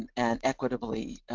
and and equitably